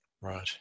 Right